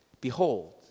behold